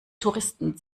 touristen